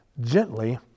gently